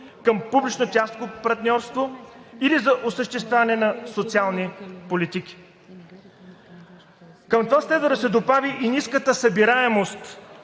към публично-частното партньорство или за осъществяване на социални политики. Към това следва да се добави и ниската събираемост